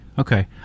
Okay